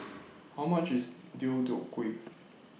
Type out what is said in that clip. How much IS Deodeok Gui